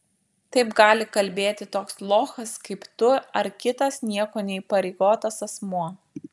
taip gali kalbėti toks lochas kaip tu ar kitas niekuo neįpareigotas asmuo